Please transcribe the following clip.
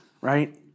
right